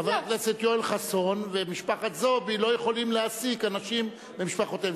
חבר הכנסת יואל חסון ומשפחת זועבי לא יכולים להעסיק אנשים ממשפחותיהם.